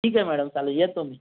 ठीक आहे मॅडम चालेल येतो मी